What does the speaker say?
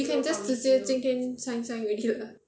you can just 直接今天 sign sign already [what]